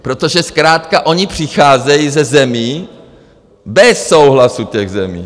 Protože zkrátka oni přicházejí ze zemí bez souhlasu těch zemí.